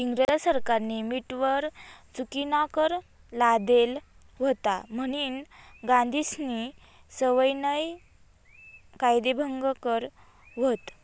इंग्रज सरकारनी मीठवर चुकीनाकर लादेल व्हता म्हनीन गांधीजीस्नी सविनय कायदेभंग कर व्हत